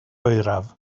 oeraf